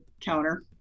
counter